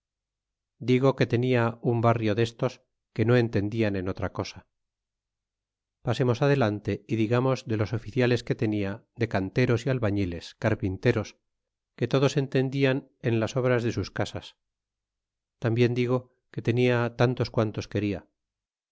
digo que tenia un barrio destos que no entendian en otra cosa pasemos adelante y digamos de los oficiales que t enia de canteros e albañiles carpinteros que todos entendian en las obras de sus casas tambien digo que tenia tantos quantos quena